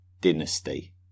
dynasty